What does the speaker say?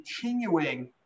continuing